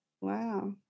Wow